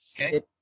okay